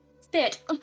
Spit